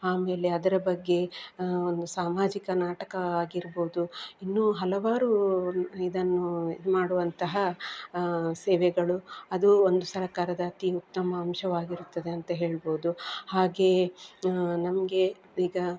ಆಮೇಲೆ ಅದರ ಬಗ್ಗೆ ಒಂದು ಸಾಮಾಜಿಕ ನಾಟಕ ಆಗಿರ್ಬೋದು ಇನ್ನು ಹಲವಾರು ಇದನ್ನು ಮಾಡುವಂತಹ ಸೇವೆಗಳು ಅದು ಒಂದು ಸರಕಾರದ ಅತಿ ಉತ್ತಮ ಅಂಶವಾಗಿರುತ್ತದೆ ಅಂತ ಹೇಳ್ಬೋದು ಹಾಗೆ ನಮಗೆ ಈಗ